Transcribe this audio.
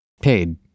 paid